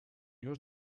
your